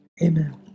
Amen